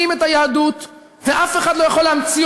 יו"ר המפלגה